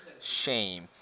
shame